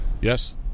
yes